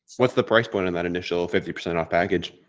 what's the price point in that initial fifty percent off package?